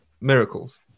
miracles